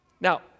Now